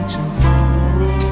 Tomorrow